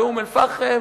באום-אל-פחם,